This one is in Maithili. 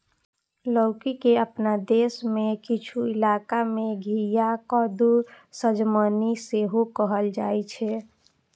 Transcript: लौकी के अपना देश मे किछु इलाका मे घिया, कद्दू, सजमनि सेहो कहल जाइ छै